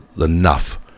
enough